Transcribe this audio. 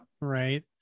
right